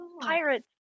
pirates